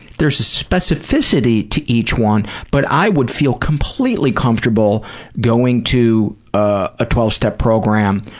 there's a specificity to each one, but i would feel completely comfortable going to a twelve step program